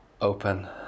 open